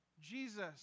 Jesus